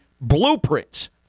blueprints